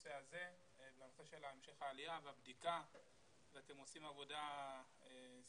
בנושא של המשך העלייה והבדיקה ואתם עושים עבודה סיזיפית.